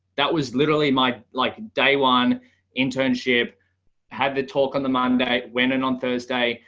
that was literally my like day one internship had the talk on the monday went in on thursday,